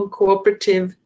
cooperative